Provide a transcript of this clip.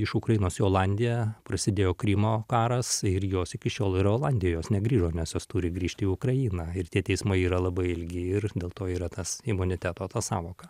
iš ukrainos į olandiją prasidėjo krymo karas ir jos iki šiol yra olandijoj negrįžo nes jos turi grįžti į ukrainą ir tie teismai yra labai ilgi ir dėl to yra tas imuniteto ta sąvoka